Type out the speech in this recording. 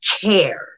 care